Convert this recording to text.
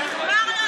שנאה,